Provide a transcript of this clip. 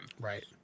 Right